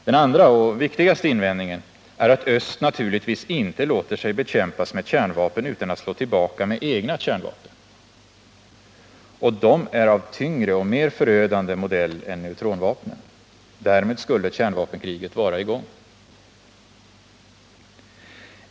Den andra och viktigaste invändningen är att öst naturligtvis inte låter sig bekämpas med kärnvapen utan att slå tillbaka med egna kärnvapen — och de är av tyngre och mer förödande modell än neutronvapnen. Därmed skulle kärnvapenkriget vara i gång.